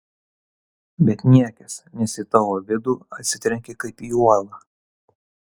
bet niekis nes į tavo vidų atsitrenki kaip į uolą